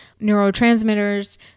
neurotransmitters